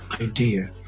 idea